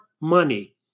money